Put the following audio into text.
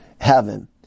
heaven